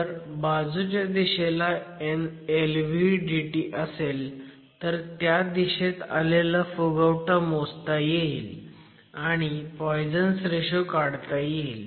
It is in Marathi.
जर बाजूच्या दिशेला LVDT असेल तर त्या दिशेत आलेला फुगवटा मोजता येईल आणि पॉयझन्स रेशो काढता येईल